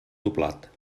doblat